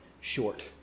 short